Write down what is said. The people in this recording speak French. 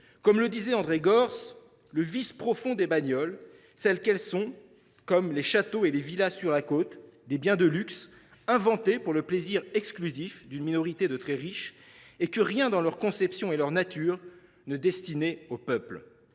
Comme l’a dit André Gorz, « le vice profond des bagnoles, c’est qu’elles sont comme les châteaux et les villas sur la Côte : des biens de luxe inventés pour le plaisir exclusif d’une minorité de très riches et que rien, dans leur conception et leur nature, ne destinait au peuple